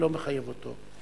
אני לא מחייב אותו,